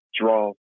draw